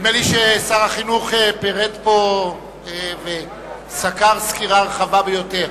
נדמה לי ששר החינוך פירט פה וסקר סקירה רחבה ביותר,